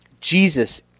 Jesus